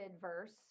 verse